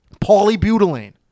Polybutylene